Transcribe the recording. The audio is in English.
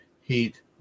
heat